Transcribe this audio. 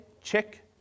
check